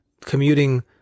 commuting